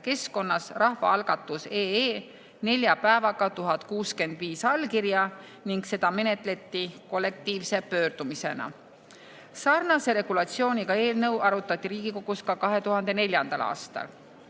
keskkonnas rahvaalgatus.ee nelja päevaga 1065 allkirja ning seda menetleti kollektiivse pöördumisena. Sarnase regulatsiooniga eelnõu arutati Riigikogus 2004. aastal.